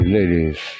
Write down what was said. Ladies